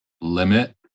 limit